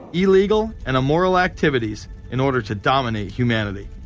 illegal and immoral activities. in order to dominate humanity.